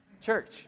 church